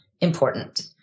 important